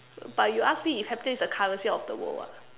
but you ask me if happiness is the currency of the world [what]